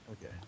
okay